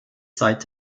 seit